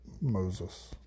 moses